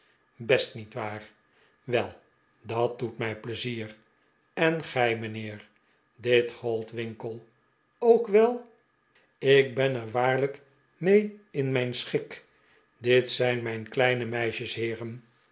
best nietwaar wel dat doet mij pleizier en gij mijnheer dit gold winkle ook wel ik ben er waarlijk mee in mijn schik dit zijn mijn kleine meisjes heeren